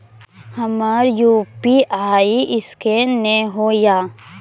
हमर यु.पी.आई ईसकेन नेय हो या?